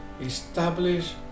establish